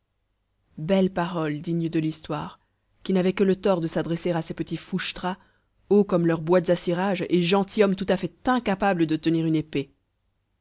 belles paroles dignes de l'histoire qui n'avaient que le tort de s'adresser à ces petits fouchtras hauts comme leurs boîtes à cirage et gentilhommes tout à fait incapables de tenir une épée